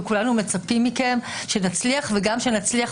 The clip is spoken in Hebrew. כולנו מצפים מכם שנצליח וגם שנצליח